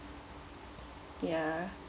ya